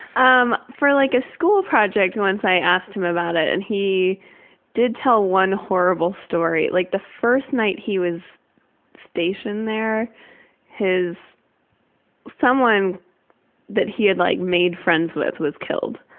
um for like a school project once i asked him about it and he did tell one horrible story. like the first night he was stationed there his someone that he had like made friends with was killed.